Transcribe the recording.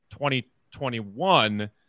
2021